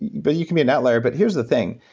but you can be an outlier. but here's the thing,